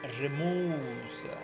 removes